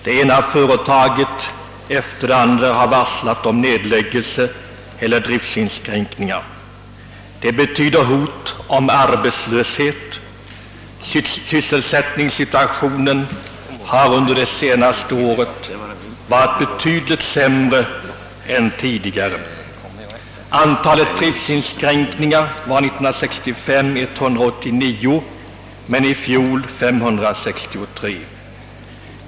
Det ena företaget efter det andra har varslat om nedläggning eller driftsinskränkningar vilket betyder hot om arbetslöshet, och sysselsättningssituationen har under det senaste året varit betydligt sämre än tidigare. Antalet driftsinskränkningar var 1965 189 men i fjol 563.